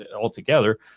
altogether